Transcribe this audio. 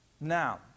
Now